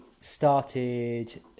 started